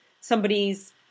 somebody's